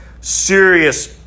serious